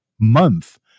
month